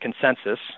consensus